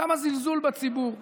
כמה זלזול בציבור.